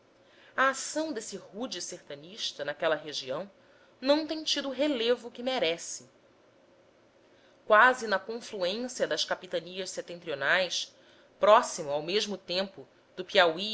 a ação desse rude sertanista naquela região não tem tido o relevo que merece quase na confluência das capitanias setentrionais próximo ao mesmo tempo do piauí do